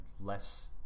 less